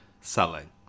selling